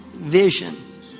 vision